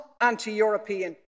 anti-European